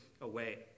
away